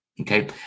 Okay